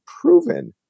proven